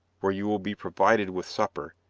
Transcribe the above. where you will be provided with supper,